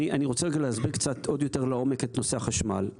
אני רוצה להסביר קצת עוד יותר לעומק את נושא החשמל.